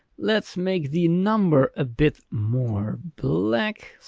let's make the number a bit more black.